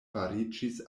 fariĝis